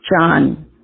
John